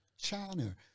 China